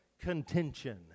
contention